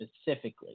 specifically